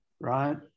right